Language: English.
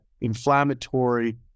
inflammatory